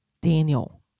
Daniel